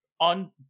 on